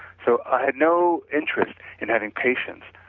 so i had no interest in having patients,